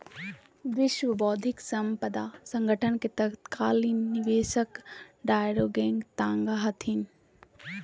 विश्व बौद्धिक साम्पदा संगठन के तत्कालीन निदेशक डारेंग तांग हथिन